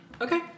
Okay